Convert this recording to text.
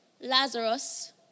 Lazarus